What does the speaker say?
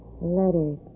Letters